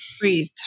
breathe